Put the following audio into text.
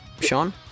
Sean